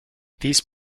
these